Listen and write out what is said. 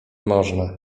można